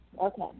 Okay